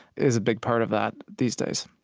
is a big part of that these days